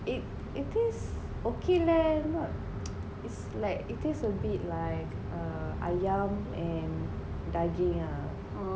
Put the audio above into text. it it is okay leh not is like it is a bit like err ayam and daging ah